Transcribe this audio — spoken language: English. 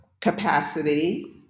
capacity